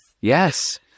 Yes